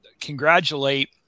congratulate